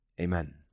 Amen